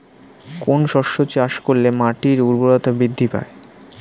কোন শস্য চাষ করলে মাটির উর্বরতা বৃদ্ধি পায়?